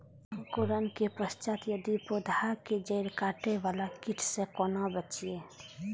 अंकुरण के पश्चात यदि पोधा के जैड़ काटे बाला कीट से कोना बचाया?